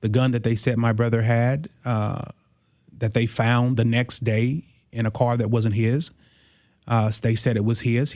the gun that they said my brother had that they found the next day in a car that wasn't his they said it was he is